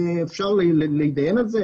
אפשר להתדיין על זה,